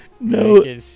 No